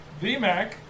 VMAC